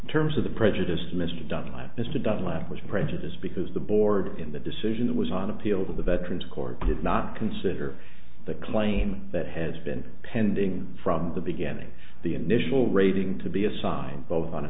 thank terms of the prejudiced mr dunlap mr dunlap was prejudice because the board in the decision that was on appeal to the veterans court did not consider the claim that has been pending from the beginning the initial rating to be assigned both on a